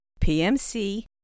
pmc